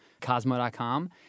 Cosmo.com